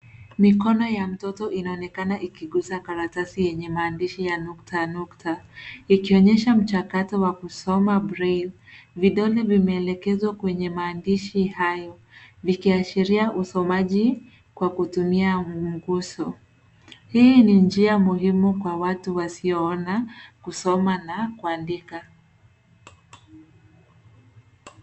Mikono ya mtoto inaonekana ikigusa karatasi yenye maandishi ya nukta nukta ikionyesha mchakato wa kusoma [ cs] braille vidole vimeekelezwa kwenye maandishi hayo vikiashiria usomaji kwa kutumia mguso. Hii ni njia muhimu kwa watu wasio ona kusoma na kuandika.